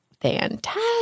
fantastic